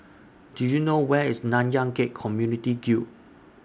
Do YOU know Where IS Nanyang Khek Community Guild